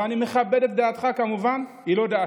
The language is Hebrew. ואני מכבד את דעתך, כמובן, היא לא דעתי.